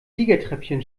siegertreppchen